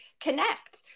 connect